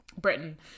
britain